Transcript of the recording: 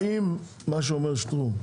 האם מה שאומר שטרום,